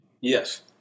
Yes